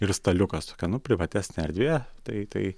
ir staliukas tokia nu privatesnė erdvė tai tai